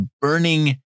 burning